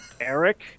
Eric